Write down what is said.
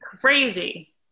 crazy